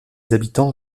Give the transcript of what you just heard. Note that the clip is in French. habitants